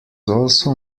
also